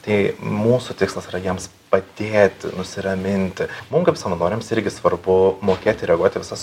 tai mūsų tikslas yra jiems padėti nusiraminti mum kaip savanoriams irgi svarbu mokėti reaguoti į visas